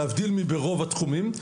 להבדיל מרוב התחומים,